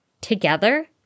Together